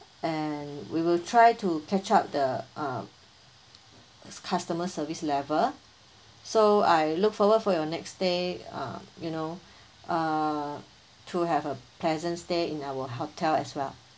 and we will try to catch up the uh customer service level so I look forward for your next stay uh you know uh to have a pleasant stay in our hotel as well